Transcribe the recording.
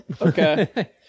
Okay